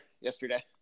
yesterday